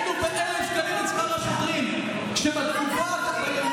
איך אתם לא מתביישים, כי אתם מדברים רק מפוזיציה.